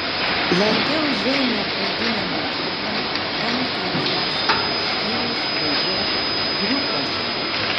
lankiau žeimio pradinę mokyklą penktą ir šeštą skyrius baigiau kriūkuose